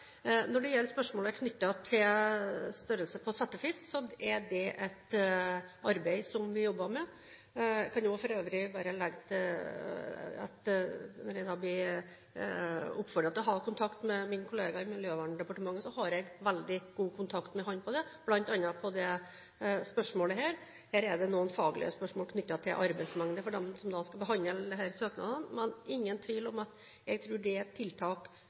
Når det gjelder spørsmålet knyttet til størrelsen på settefisk, er det noe som vi jobber med. Jeg kan for øvrig også bare legge til når jeg blir oppfordret til å ha kontakt med min kollega i Miljøverndepartementet, at jeg har veldig god kontakt med ham bl.a. i dette spørsmålet. Her er det noen faglige spørsmål knyttet til arbeidsmengde for dem som skal behandle søknadene. Men det er ingen tvil om, tror jeg, at det å ha fisken lenger på land er et tiltak